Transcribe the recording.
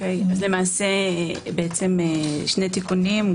למעשה שני תיקונים,